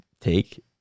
take